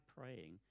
praying